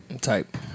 type